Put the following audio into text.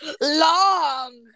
Long